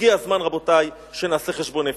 הגיע הזמן, רבותי, שנעשה חשבון נפש.